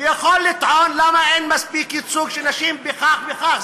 ויכולים לטעון: למה אין מספיק ייצוג של נשים בכך וכך.